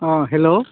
অঁ হেল্ল'